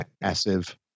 massive